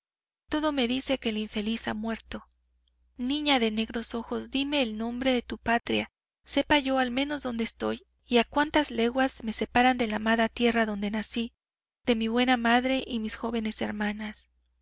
todo me dice que el infeliz ha muerto niña de negros ojos dime el nombre de tu patria sepa yo al menos donde estoy y cuantas leguas me separan de la amada tierra donde nací de mi buena madre y mis jóvenes hermanas